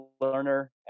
learner